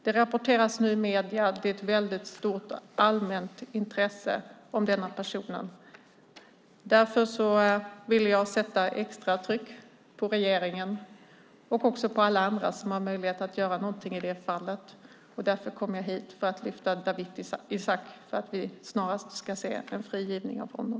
Det rapporteras nu i medierna om ett väldigt stort allmänt intresse för denna person. Därför vill jag sätta extra tryck på regeringen och på alla andra som har möjlighet att göra något i det här fallet. Jag kom alltså hit för att lyfta fram Dawit Isaacs fall och för att snarast få se en frigivning av honom.